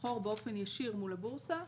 לסחור באופן ישיר מול הבורסה.